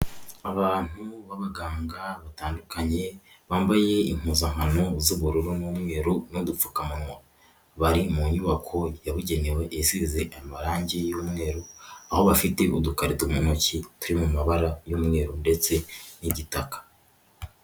Abantu b'abaganga batandukanye bambaye impuzankano z'ubururu n'umweru n'udupfukamunwa, bari mu nyubako yabugenewe isize amarangi y'umweru aho bafite udukarito mu ntoki turi mu mabara y'umweru ndetse n'igitaka.